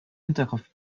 hinterkopf